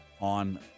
on